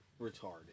retarded